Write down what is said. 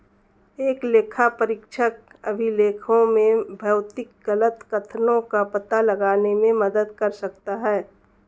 एक लेखापरीक्षक अभिलेखों में भौतिक गलत कथनों का पता लगाने में मदद कर सकता है